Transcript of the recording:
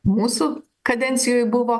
mūsų kadencijoj buvo